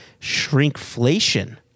Shrinkflation